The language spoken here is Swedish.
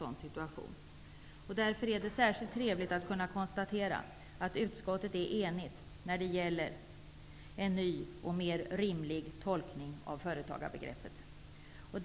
Därför är det särskilt trevligt att kunna konstatera att utskottet är enigt när det gäller en ny och mer rimlig tolkning av företagarbegreppet.